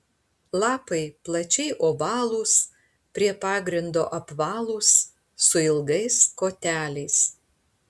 lapai plačiai ovalūs prie pagrindo apvalūs su ilgais koteliais